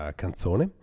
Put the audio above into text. canzone